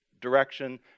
direction